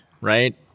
right